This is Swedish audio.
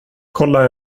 kolla